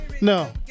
No